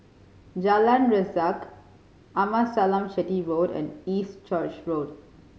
Jalan Resak Amasalam Chetty Road and East Church Road